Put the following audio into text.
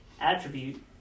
attribute